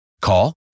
call